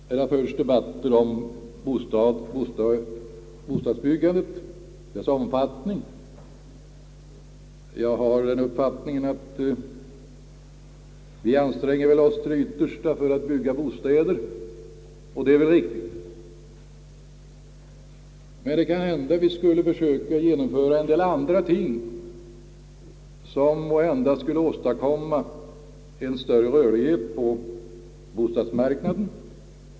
Här har förts debatter om bostadsbyggandet och dess omfattning. Jag har den uppfattningen att vi anstränger oss till det yttersta för att bygga bostäder, och det är väl riktigt. Men det kan hända att vi skulle försöka genomföra en del andra ting som måhända skulle åstadkomma en större rörlighet på bostads marknaden.